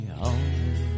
home